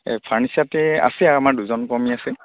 এই ফাৰ্নিচাৰতে আছে আমাৰ দুজন কৰ্মী আছে